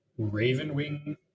Ravenwing